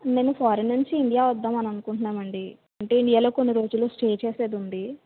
నేను ఫారిన్ నుంచి ఇండియా వద్దామని అనుకుంటున్నామండి అంటే ఇండియాలో కొన్ని రోజులు స్టే చేసేదుంది